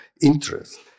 interest